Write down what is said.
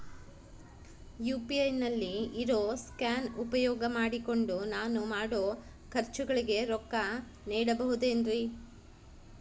UPI ನಲ್ಲಿ ಇರೋ scan ಉಪಯೋಗ ಮಾಡಿಕೊಂಡು ನಾನು ಮಾಡೋ ಖರ್ಚುಗಳಿಗೆ ರೊಕ್ಕ ನೇಡಬಹುದೇನ್ರಿ?